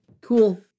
Cool